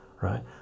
right